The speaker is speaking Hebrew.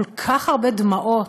כל כך הרבה דמעות,